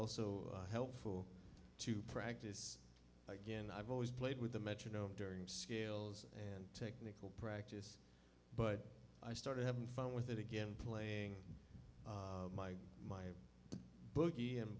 also helpful to practice again i've always played with a metronome during scales and technical practice but i started having fun with it again playing my booky and